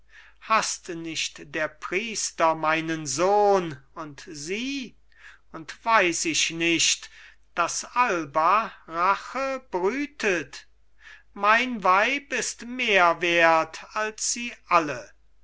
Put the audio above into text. haßt nicht der priester meinen sohn und sie und weiß ich nicht daß alba rache brütet mein weib ist mehr wert als sie alle